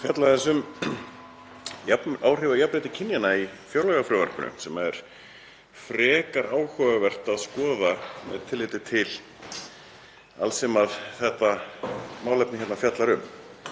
fjalla aðeins um áhrif á jafnrétti kynjanna í fjárlagafrumvarpinu sem er frekar áhugavert að skoða með tilliti til alls sem þetta málefni fjallar um.